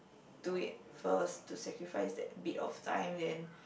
do it first to sacrifice that bit of time then